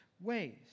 ways